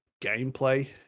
gameplay